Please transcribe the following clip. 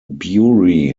bury